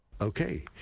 Okay